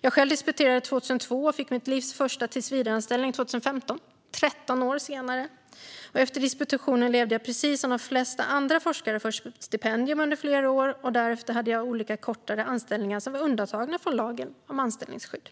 Jag själv disputerade 2002 och fick mitt livs första tillsvidareanställning 2015, alltså 13 år senare. Efter disputationen levde jag precis som de flesta andra forskare först på stipendium under flera år, och därefter hade jag olika kortare anställningar som var undantagna från lagen om anställningsskydd.